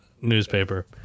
newspaper